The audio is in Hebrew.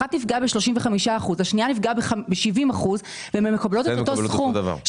אחת נפגעה ב-35% והשנייה נפגעה ב-70% והן מקבלות את אותו סכום,